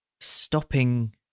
stopping